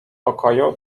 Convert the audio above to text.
pokoju